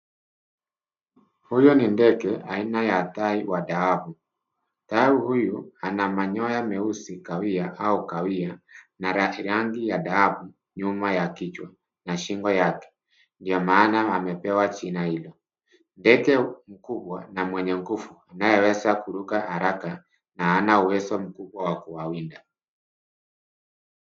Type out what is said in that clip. Huyu ni ndege aina ya tai wa dhahabu. Tai huyu ana manyoya meusi au kahawia na rangi rangi ya dhahabu nyuma ya kichwa na shingo lake, ndio maana amepewa jina hilo. Ndege mkubwa na mwenye nguvu anayeweza kuruka haraka na hana uwezo mkubwa wa kuwawinda.